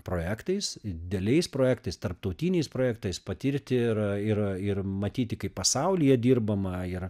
projektais dideliais projektais tarptautiniais projektais patirti ir ir ir matyti kaip pasaulyje dirbama ir